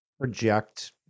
project